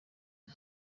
uyu